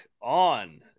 on